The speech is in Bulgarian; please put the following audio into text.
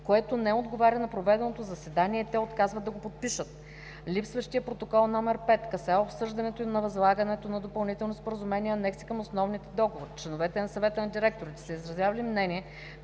което не отговаря на проведеното заседание и те отказват да го подпишат. Липсващият Протокол № 5 касае обсъждането на възлагането на допълнителните споразумения и анекси към основните договори. Членовете на Съвета на директорите са изразявали мнение,